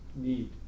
need